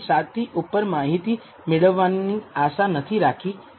7 થી ઉપર માહિતી મેળવવાની આશા નથી રાખી શકતા